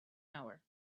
hour